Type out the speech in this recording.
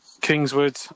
Kingswood